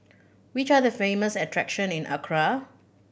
which are the famous attraction in Accra